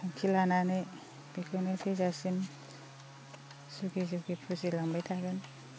थांखि लानानै बेखौनो थैजासिम जुगे जुगे फुजि लांबाय थागोन